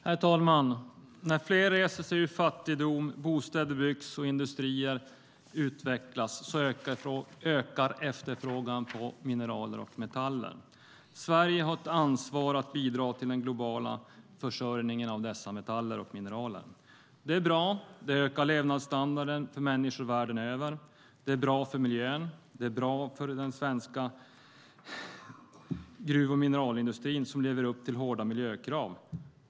Herr talman! När fler reser sig ur fattigdom, bostäder byggs och industrier utvecklas ökar efterfrågan på mineraler och metaller. Sverige har ett ansvar att bidra till den globala försörjningen av dessa metaller och mineraler. Det är bra. Det ökar levnadsstandarden för människor världen över. Det är bra för miljön och den svenska gruv och metallindustrin som lever upp till hårda miljökrav.